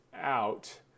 out